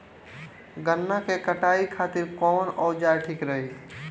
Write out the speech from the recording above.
गन्ना के कटाई खातिर कवन औजार ठीक रही?